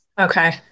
Okay